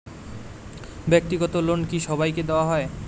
ব্যাক্তিগত লোন কি সবাইকে দেওয়া হয়?